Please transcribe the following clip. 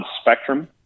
spectrum